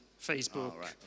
Facebook